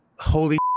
holy